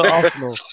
Arsenal